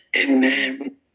Amen